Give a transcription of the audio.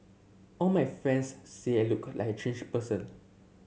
all my friends say I look like a changed person